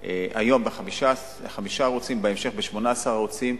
היום בחמישה ערוצים, בהמשך ב-18 ערוצים.